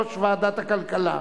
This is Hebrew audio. יושב-ראש ועדת הכלכלה,